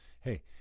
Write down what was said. hey